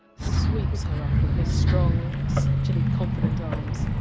sweeps her up in his strong, sexually confident arms.